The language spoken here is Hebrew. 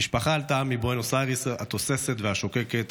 המשפחה עלתה מבואנוס איירס התוססת והשוקקת